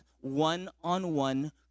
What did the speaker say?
one-on-one